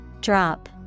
Drop